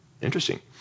Interesting